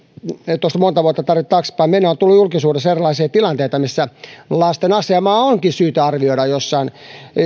ei tuosta monta vuotta tarvitse taaksepäin mennä erilaisia tilanteita missä lasten asemaa onkin syytä arvioida joidenkin